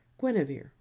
Guinevere